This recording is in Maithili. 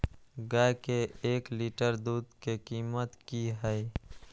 गाय के एक लीटर दूध के कीमत की हय?